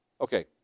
Okay